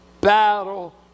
battle